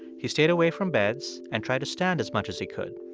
he stayed away from beds and tried to stand as much as he could.